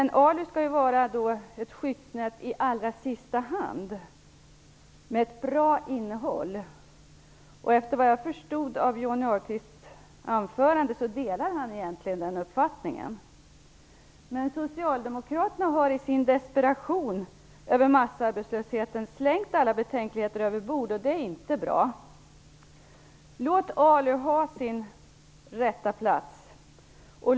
Men ALU skall vara ett skyddsnät i allra sista hand, med ett bra innehåll. Efter vad jag förstod av Johnny Ahlqvist anförande delar han egentligen den uppfattningen. Men socialdemokraterna har i sin desperation över massarbetslösheten slängt alla betänkligheter överbord. Det är inte bra. Låt ALU fylla sin rätta funktion.